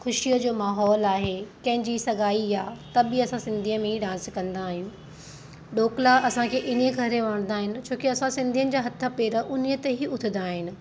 ख़ुशीअ जो माहोल आहे कंहिंजी सगाई आहे त बि असां सिंधीअ में ई डांस कंदा आहियूं डोकला असांखे इन ई करे वणंदा आहिनि छोकी असां सिंधियुनि जा हथ पेर उन ई ते ई उथंदा आहिनि